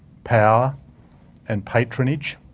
power and patronage,